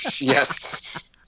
Yes